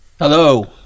hello